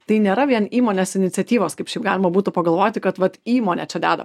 tai nėra vien įmonės iniciatyvos kaip šiaip galima būtų pagalvoti kad vat įmonė čia deda